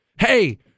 hey